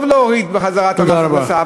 טוב להוריד בחזרה את מס ההכנסה,